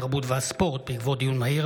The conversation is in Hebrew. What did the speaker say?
התרבות והספורט בעקבות דיון מהיר